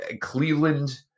Cleveland